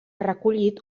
recollit